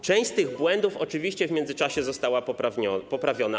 Część z tych błędów oczywiście w międzyczasie została poprawiona.